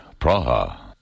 Praha